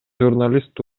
журналист